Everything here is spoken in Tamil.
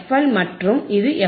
எல் மற்றும் இது எஃப்